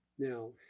Now